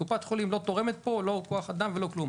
קופת החולים לא תורמת פה, לא כוח אדם ולא כלום.